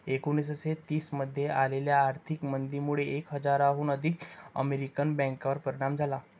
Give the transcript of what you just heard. एकोणीसशे तीस मध्ये आलेल्या आर्थिक मंदीमुळे एक हजाराहून अधिक अमेरिकन बँकांवर परिणाम झाला